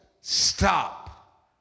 stop